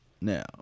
Now